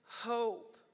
hope